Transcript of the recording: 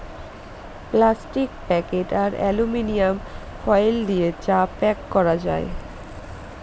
plastic packet আর aluminium foil দিয়ে চা প্যাক করা যায়